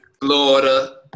Florida